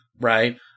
right